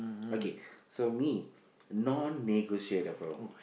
okay so me non-negotiable